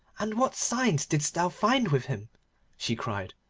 and what signs didst thou find with him she cried.